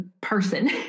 person